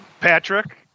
Patrick